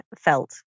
felt